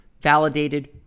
validated